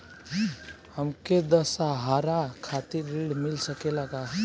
हमके दशहारा खातिर ऋण मिल सकेला का?